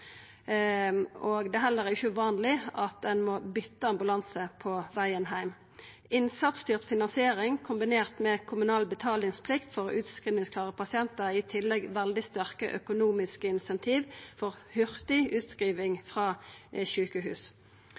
Det er heller ikkje uvanleg at ein må byta ambulanse på vegen heim. Innsatsstyrt finansiering kombinert med kommunal betalingsplikt for utskrivingsklare pasientar gir i tillegg veldig sterke økonomiske insentiv for hurtig utskriving frå sjukehus.